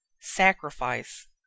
sacrifice